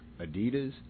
Adidas